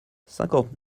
cinquante